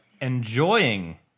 enjoying